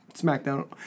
SmackDown